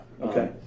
okay